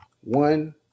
One